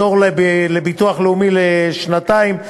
פטור מביטוח לאומי לחודשיים.